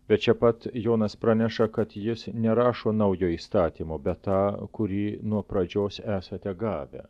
bet čia pat jonas praneša kad jis nerašo naujo įstatymo bet tą kurį nuo pradžios esate gavę